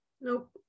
nope